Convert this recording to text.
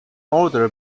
order